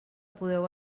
podeu